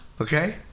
Okay